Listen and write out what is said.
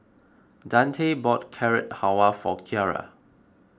Dante bought Carrot Halwa for Kiara